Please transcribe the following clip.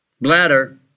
bladder